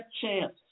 chance